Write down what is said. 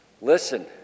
Listen